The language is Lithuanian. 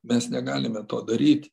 mes negalime to daryt